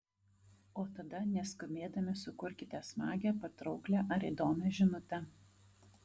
o tada neskubėdami sukurkite smagią patrauklią ar įdomią žinutę